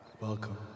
Welcome